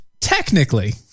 technically